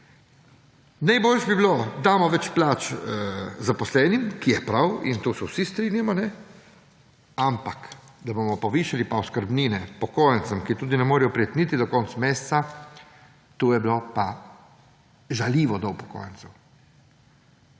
najbolje bi bilo, damo več plač zaposlenim, ki je prav in to se vsi strinjamo, ampak, da bomo povišale pa oskrbnine upokojencem, ki tudi ne morejo biti niti do konca meseca, to je bilo pa žaljivo do upokojencev.